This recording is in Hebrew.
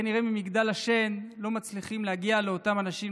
כנראה ממגדל השן לא מצליחים להגיע אל אותם אנשים,